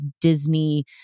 Disney